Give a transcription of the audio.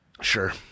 Sure